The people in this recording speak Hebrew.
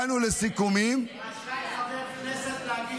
נצביע בעדך.